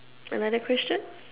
another question